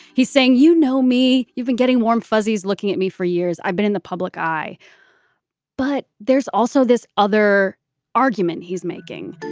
he's saying, you know me, you've been getting warm fuzzies looking at me for years i've been in the public eye but there's also this other argument he's making